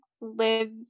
live